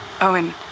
Owen